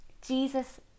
Jesus